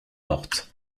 mortes